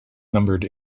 numbered